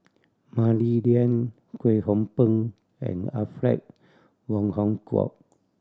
Mah Li Lian Kwek Hong Png and Alfred Wong Hong Kwok